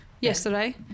Yesterday